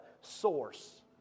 source